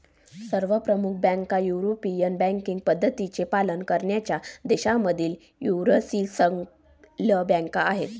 सर्व प्रमुख बँका युरोपियन बँकिंग पद्धतींचे पालन करणाऱ्या देशांमधील यूनिवर्सल बँका आहेत